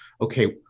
okay